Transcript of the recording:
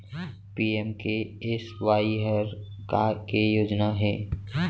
PMKSY हर का के योजना हे?